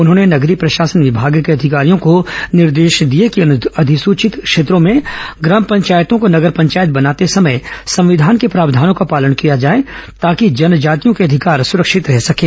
उन्होंने नगरीय प्रशासन विभाग के अधिकारियों को निर्देश दिए कि अनुसचित क्षेत्रों में ग्राम पंचायतों को नगर पंचायत बनाते समय संविधान के प्रावधानों का पालन किया जाए ताँकि जनजातियों के अधिकार सुरक्षित रह सकें